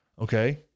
okay